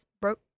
broke